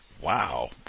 wow